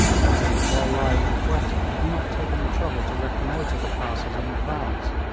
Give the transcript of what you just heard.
cotton, while lying in quetta, had not taken the trouble to reconnoitre the passes in advance,